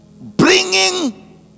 bringing